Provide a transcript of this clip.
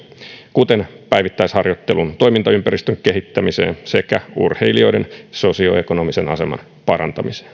kuten päivittäisharjoittelun toimintaympäristön kehittämiseen sekä urheilijoiden sosioekonomisen aseman parantamiseen